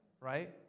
right